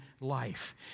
life